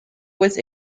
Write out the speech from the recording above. was